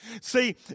See